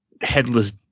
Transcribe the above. headless